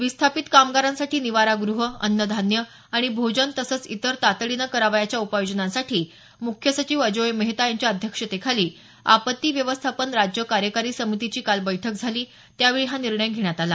विस्थापित कामगारांसाठी निवारा गृह अन्नधान्य आणि भोजन तसंच इतर तातडीनं करावयाच्या उपाययोजनासाठी मुख्य सचिव अजोय मेहता यांच्या अध्यक्षतेखाली आपत्ती व्यवस्थापन राज्य कार्यकारी समितीची काल बैठक झाली त्यावेळी हा निर्णय घेण्यात आला